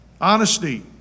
Honesty